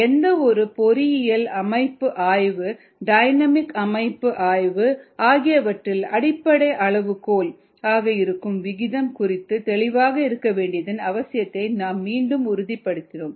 எந்தவொரு பொறியியல் அமைப்பு ஆய்வு டைனமிக் அமைப்பு ஆய்வு ஆகியவற்றில் அடிப்படை அளவுகோல் ஆக இருக்கும் விகிதம் குறித்து தெளிவாக இருக்க வேண்டியதன் அவசியத்தை நாம் மீண்டும் உறுதிப்படுத்தினோம்